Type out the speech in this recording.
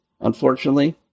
unfortunately